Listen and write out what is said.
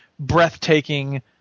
Breathtaking